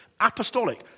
Apostolic